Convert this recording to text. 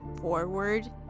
forward